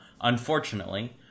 unfortunately